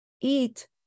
eat